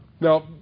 Now